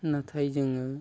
नाथाय जोङो